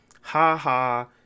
ha-ha